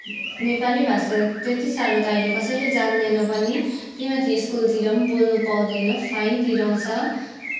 नेपाली भाषा त्यति साह्रो त अहिले कसैले जान्दैन पनि त्यही माथि स्कुलतिर पनि बोल्न पाउँदैन फाइन तिराउँछ